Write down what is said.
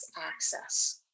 access